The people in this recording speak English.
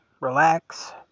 relax